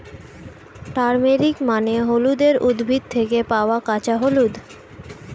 turmeric মানে হলুদের উদ্ভিদ থেকে পাওয়া কাঁচা হলুদ